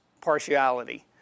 partiality